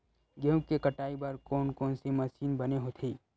गेहूं के कटाई बर कोन कोन से मशीन बने होथे?